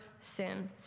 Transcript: sin